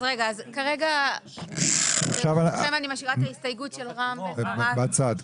אז אני משאירה את ההסתייגות של רם בן ברק בצד,